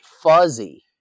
fuzzy